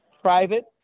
Private